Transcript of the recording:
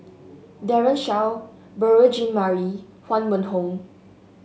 Daren Shiau Beurel Jean Marie Huang Wenhong